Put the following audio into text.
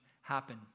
happen